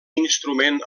instrument